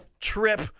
trip